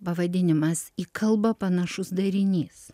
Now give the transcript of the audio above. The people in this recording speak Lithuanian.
pavadinimas į kalbą panašus darinys